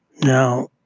Now